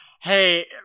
hey